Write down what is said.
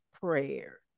prayer